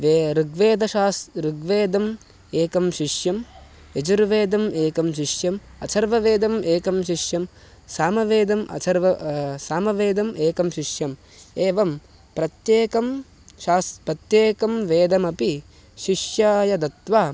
वे ऋग्वेदशास् ऋग्वेदम् एकं शिष्यम् यजुर्वेदम् एकं शिष्यम् अथर्ववेदम् एकं शिष्यं सामवेदम् अथर्व सामवेदम् एकं शिष्यम् एवं प्रत्येकं शास् प्रत्येकं वेदमपि शिष्याय दत्वा